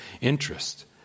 interest